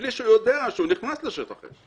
מבלי שהוא יודע שהוא נכנס לשטח אש.